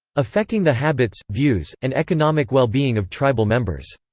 affecting the habits, views, and economic well-being of tribal members.